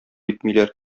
итмиләр